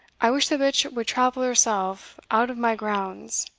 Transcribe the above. i wish the bitch would travel herself out of my grounds.